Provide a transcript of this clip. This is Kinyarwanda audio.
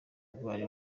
rwari